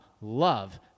love